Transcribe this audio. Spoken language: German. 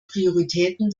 prioritäten